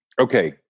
Okay